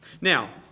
Now